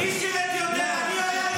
מי שירת יותר, אני או יאיר לפיד?